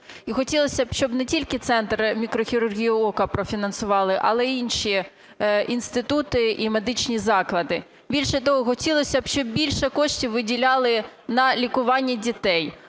І хотілось би, щоб не тільки Центр мікрохірургії ока профінансували, але й інші інститути і медичні заклади. Більше того, хотілося б, щоб більше коштів виділяли на лікування дітей.